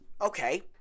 Okay